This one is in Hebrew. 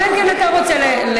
אלא אם כן אתה רוצה להמתין.